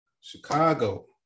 Chicago